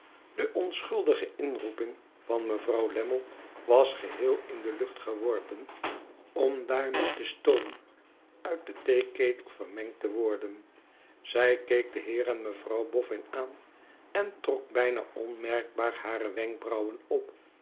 de onschuldige inroeping van mevrouw lammie was geheel in de lucht geworpen om daar met den stoom uit den theeketel vermengd te worden zij keek den heer en mevrouw boffin aan en trok bijna onmerkbaar hare wenkbrauwen op